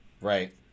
Right